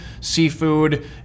seafood